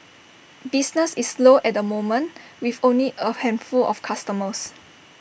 business is slow at the moment with only A handful of customers